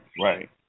right